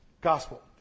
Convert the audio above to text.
gospel